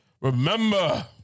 Remember